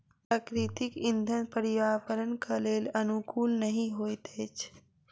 प्राकृतिक इंधन पर्यावरणक लेल अनुकूल नहि होइत अछि